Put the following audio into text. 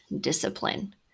discipline